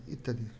ইত্যাদি